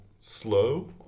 slow